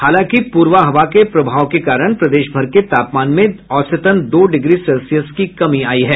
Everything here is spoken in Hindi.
हालांकि प्रबा हवा के प्रभाव के कारण प्रदेश भर के तापमान में दो डिग्री सेल्सियस तक की कमी आयी है